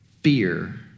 Fear